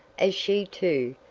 as she, too,